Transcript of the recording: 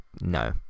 no